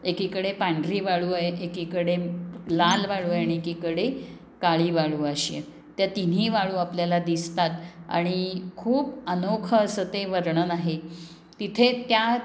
एकीकडे पांढरी वाळू आहे एकीकडे लाल वाळू आहे आणि एकीकडे काळी वाळू अशी आहे त्या तिन्ही वाळू आपल्याला दिसतात आणि खूप अनोखं असं ते वर्णन आहे तिथे त्या